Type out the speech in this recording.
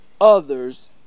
others